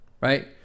right